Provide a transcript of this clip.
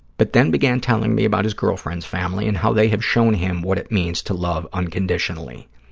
but then began telling me about his girlfriend's family and how they have shown him what it means to love unconditionally.